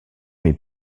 est